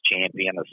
champion